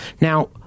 Now